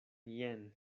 jen